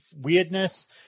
weirdness